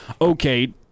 Okay